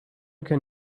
can